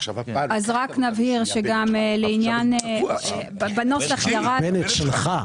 ועכשיו --- בנט שלך --- בנט שלך,